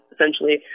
essentially